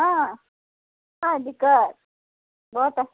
हँ है दिक्कत बहुत